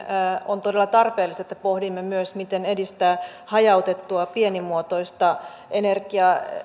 on todella tarpeellista että pohdimme myös miten edistää hajautettua pienimuotoista energiaa